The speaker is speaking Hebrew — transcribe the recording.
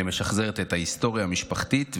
אני משחזרת את ההיסטוריה המשפחתית,